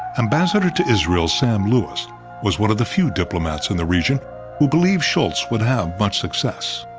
ambassador to israel sam lewis was one of the few diplomats in the region who believed shultz would have much success.